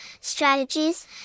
strategies